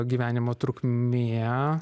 gyvenimo trukmė